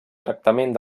tractament